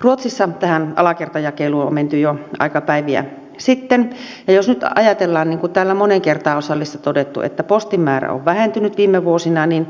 ruotsissa tähän alakertajakeluun on menty jo aikapäiviä sitten ja jos nyt ajatellaan niin kuin täällä moneen kertaan on salissa todettu että postin määrä on vähentynyt viime vuosina niin